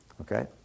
Okay